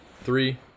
three